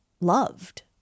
loved